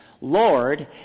Lord